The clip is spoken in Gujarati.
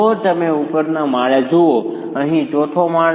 જો તમે ઉપરના માળે જુઓ અહીં ચોથો માળ